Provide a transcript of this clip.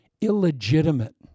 illegitimate